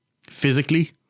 physically